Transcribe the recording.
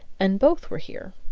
and both were here,